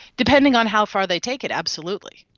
depending on how far they take it, absolutely.